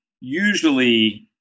usually